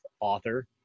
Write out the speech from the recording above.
author